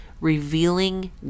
revealing